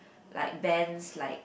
like bands like